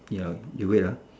ya you wait ah